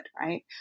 right